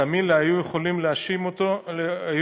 תאמין לי, היו יכולים להאשים אותם